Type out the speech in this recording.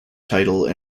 title